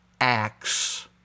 Acts